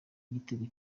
igitego